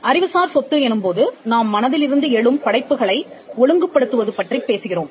அறிவுசார் சொத்து எனும் போது நாம் மனதிலிருந்து எழும் படைப்புகளை ஒழுங்குபடுத்துவது பற்றிப் பேசுகிறோம்